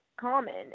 common